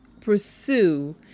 pursue